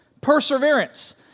perseverance